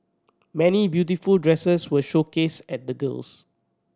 many beautiful dresses were showcased at the gills